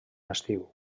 estiu